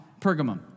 Pergamum